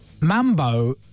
Mambo